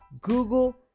Google